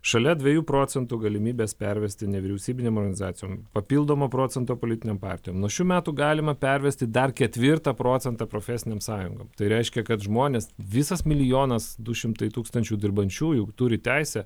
šalia dviejų procentų galimybės pervesti nevyriausybinėm organizacijom papildomo procento politinėm partijom nuo šių metų galima pervesti dar ketvirtą procentą profesinėm sąjungom tai reiškia kad žmonės visas milijonas du šimtai tūkstančių dirbančiųjų turi teisę